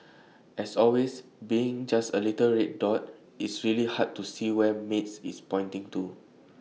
as always being just the little red dot it's really hard to see where maid is pointing to